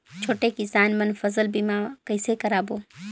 छोटे किसान मन फसल बीमा कइसे कराबो?